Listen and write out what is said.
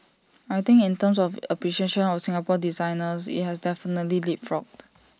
I think in terms of appreciation of Singapore designers IT has definitely leapfrogged